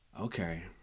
okay